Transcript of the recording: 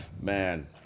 Man